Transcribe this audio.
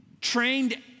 trained